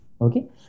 okay